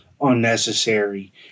unnecessary